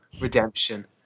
Redemption